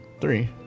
Three